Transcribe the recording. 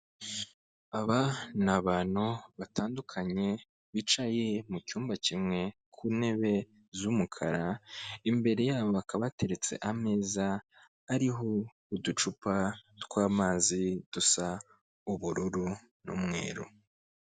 Aba ni abantu batandukanye bicaye mu cyumba kimwe ku ntebe z'umukara imbere yabo hakaba hateretse ameza ariho uducupa twamazi dusa ubururu n'umweru.